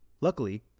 Luckily